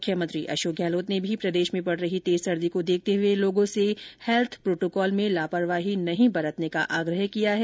मुख्यमंत्री अशोक गहलोत ने भी प्रदेश में पड़ रही तेज सर्दी को देखते हुए लोगों से हैल्थ प्रोटोकॉल में लापरवाही नहीं बरतने का आग्रह किया है